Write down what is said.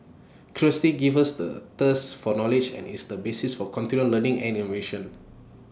curiosity gives us the thirst for knowledge and is the basis for continual learning and innovation